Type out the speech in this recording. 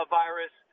virus